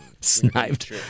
Sniped